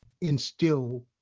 instill